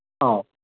ꯑꯧ